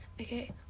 okay